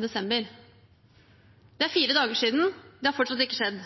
desember. Det er fire dager siden. Det har fortsatt ikke skjedd.